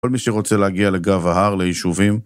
כל מי שרוצה להגיע לגב ההר, ליישובים